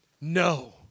No